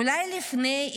אולי לפני,